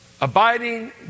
Abiding